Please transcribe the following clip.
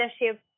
leadership